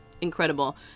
Incredible